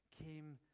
came